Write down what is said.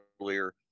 earlier